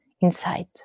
inside